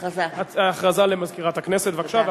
הכרזה למזכירת הכנסת, בבקשה.